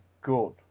good